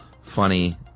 funny